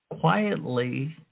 quietly